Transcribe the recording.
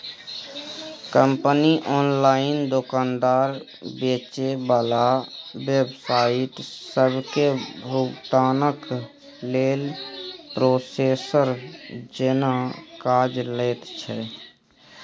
company online दोकानदार, बेचे बला वेबसाइट सबके भुगतानक लेल प्रोसेसर जेना काज लैत छै